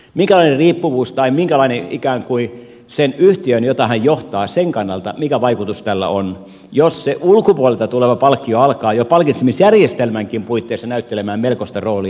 minkälainen riippuvuus tai minkälainen vaikutus sen yhtiön jota hän johtaa kannalta tällä on jos se ulkopuolelta tuleva palkkio alkaa jo palkitsemisjärjestelmänkin puitteissa näyttelemään melkoista roolia